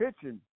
Kitchen